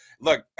Look